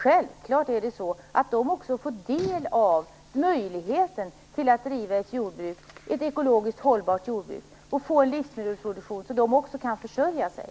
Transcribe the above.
Självklart skall de också få del av möjligheten att bedriva ett ekologiskt hållbart jordbruk och få en livsmedelsproduktion så att de också kan försörja sig.